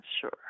sure